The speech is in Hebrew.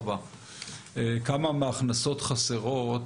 - כמה מההכנסות חסרות,